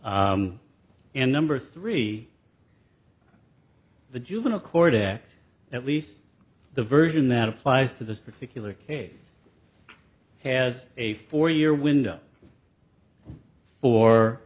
case and number three the juvenile court act at least the version that applies to this particular case has a four year window for